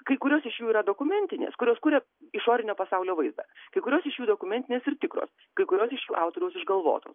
kai kurios iš jų yra dokumentinės kurios kuria išorinio pasaulio vaizdą kai kurios iš jų dokumentinės ir tikros kai kurios iš jų autoriaus išgalvotos